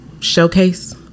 showcase